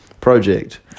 project